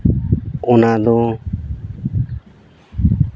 ᱚᱱᱟ ᱫᱚ